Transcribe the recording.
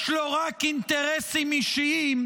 יש לו רק אינטרסים אישיים?